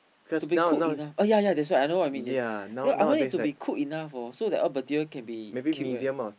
to be cook enough oh yea yea that's why I know what you mean I want it to be cook enough hor so all bacteria can be killed right